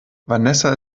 vanessa